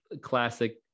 classic